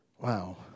Wow